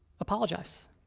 Apologize